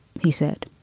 he said,